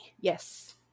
yes